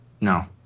No